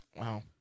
Wow